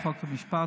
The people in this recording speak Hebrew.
חוק ומשפט,